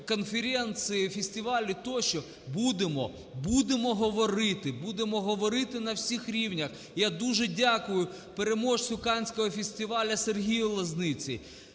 конференції, фестивалі тощо… Будемо! Будемо говорити. Будемо говорити на всіх рівнях. Я дуже дякую переможцю Канського фестивалю Сергію Лозниці,